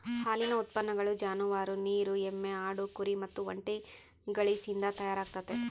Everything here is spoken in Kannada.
ಹಾಲಿನ ಉತ್ಪನ್ನಗಳು ಜಾನುವಾರು, ನೀರು ಎಮ್ಮೆ, ಆಡು, ಕುರಿ ಮತ್ತೆ ಒಂಟೆಗಳಿಸಿಂದ ತಯಾರಾಗ್ತತೆ